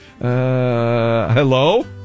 Hello